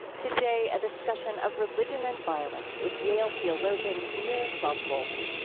today, a discussion of religion and violence with yale theologian miroslav volf.